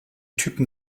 typen